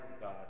God